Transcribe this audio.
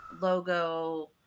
logo